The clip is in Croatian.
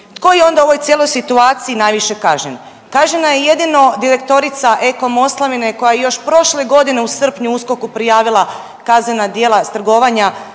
Tko je onda u ovoj cijeloj situaciji najviše kažnjen? Kažnjena je jedino direktorica Eko Moslavine koja je još prošle godine u srpnju USKOK-u prijavila kaznena djela trgovanja